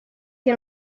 che